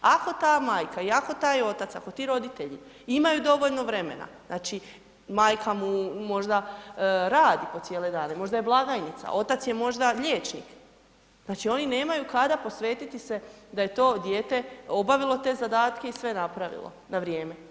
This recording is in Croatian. Ako ta majka i ako taj otac, ako ti roditelji imaju dovoljno vremena, znači majka mu možda radi po cijele dane, možda je blagajnica, otac je možda liječnik, znači oni nemaju kada posvetiti se da je to dijete obavilo te zadatke i sve napravilo na vrijeme.